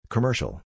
Commercial